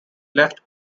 left